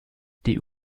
die